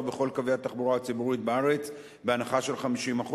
בכל קווי התחבורה הציבורית בארץ בהנחה של 50%,